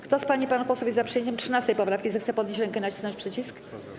Kto z pań i panów posłów jest za przyjęciem 13. oprawki, zechce podnieść rękę i nacisnąć przycisk.